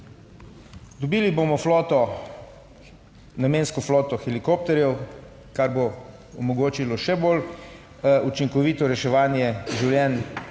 Dobili bomo floto, namensko floto helikopterjev, kar bo omogočilo še bolj učinkovito reševanje življenj.